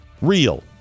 real